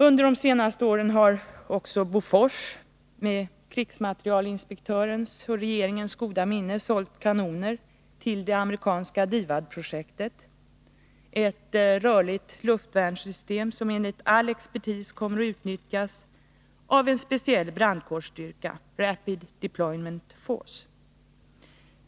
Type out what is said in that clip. Under de senaste åren har också Bofors, med krigsmaterielinspektörens och regeringens goda minne, sålt kanoner till det amerikanska DIVAD projektet, ett rörligt luftvärnssystem som enligt all expertis kommer att utnyttjas av en speciell brandkårsstyrka, Rapid Deployment Force.